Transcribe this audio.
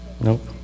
Nope